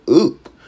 oop